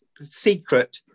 secret